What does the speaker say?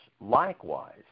likewise